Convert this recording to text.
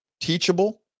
teachable